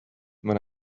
when